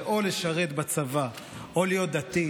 שזה או לשרת בצבא או להיות דתי,